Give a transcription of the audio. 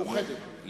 מאוחדת.